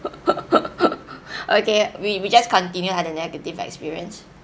okay we we just continue ah the negative experience